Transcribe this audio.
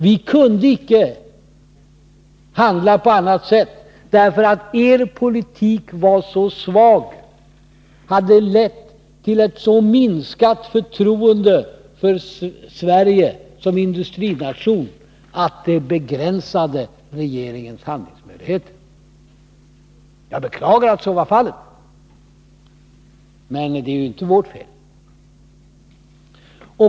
Vi kunde icke handla på annat sätt, därför att er politik var så svag och hade lett till ett så minskat förtroende för Sverige som industrination, att det begränsade regeringens handlingsmöjligheter. Jag beklagar att så var fallet, men det är inte vårt fel.